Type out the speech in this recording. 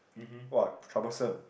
[wah] troublesome